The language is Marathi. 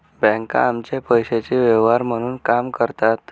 बँका आमच्या पैशाचे व्यवहार म्हणून काम करतात